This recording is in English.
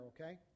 okay